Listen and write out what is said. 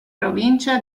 provincia